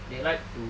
they like to